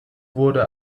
wurde